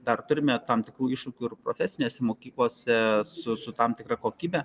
dar turime tam tikrų iššūkių ir profesinėse mokyklose su tam tikra kokybe